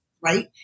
right